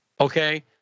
okay